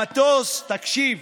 המטוס, תקשיב